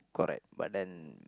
correct but then